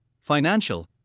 financial